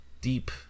deep